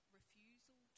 refusal